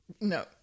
No